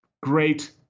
great